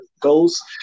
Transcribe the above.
goals